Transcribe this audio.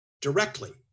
directly